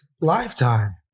lifetime